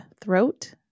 throat